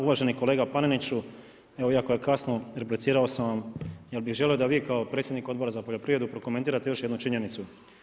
Uvaženi kolega Paneniću, evo iako je kasno, replicirao sam vam jer bi želio da vi kao predsjednik Odbora za poljoprivredu prokomentirate još jednom činjenicu.